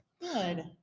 Good